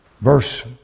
Verse